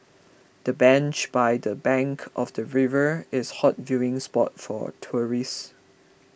the bench by the bank of the river is hot viewing spot for tourists